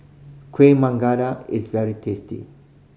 kueh is very tasty